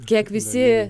kiek visi